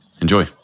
Enjoy